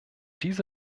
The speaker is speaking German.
diese